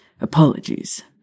Apologies